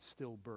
stillbirth